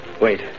Wait